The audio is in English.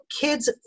kids